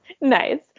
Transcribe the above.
Nice